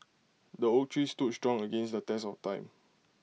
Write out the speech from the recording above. the oak tree stood strong against the test of time